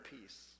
peace